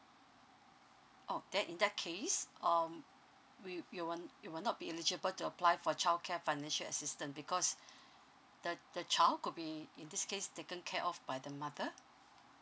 oh then in that case um we you won't you will not be eligible to apply for childcare financial assistant because the the child could be in this case taken care of by the mother